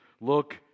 Look